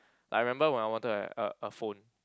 like I remember when I wanted a a a phone